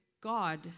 God